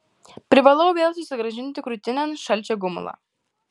privalau vėl susigrąžinti krūtinėn šalčio gumulą